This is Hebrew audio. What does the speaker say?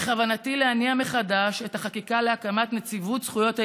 בכוונתי להניע מחדש את החקיקה להקמת נציבות זכויות הילד,